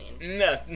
No